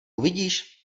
uvidíš